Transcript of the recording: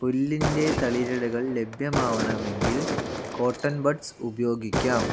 പുല്ലിൻ്റെ തളിരിഴകൾ ലഭ്യമാവണമെങ്കിൽ cotton buds ഉപയോഗിക്കാം